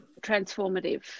transformative